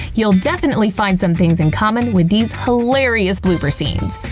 you'll definitely find some things in common with these hilarious blooper scenes!